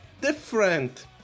different